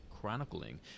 chronicling